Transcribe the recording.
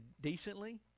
decently